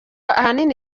ahanini